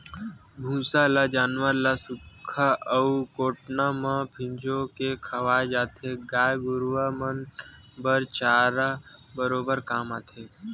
भूसा ल जानवर ल सुख्खा अउ कोटना म फिंजो के खवाय जाथे, गाय गरुवा मन बर चारा के बरोबर काम आथे